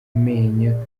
amenyo